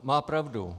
Má pravdu.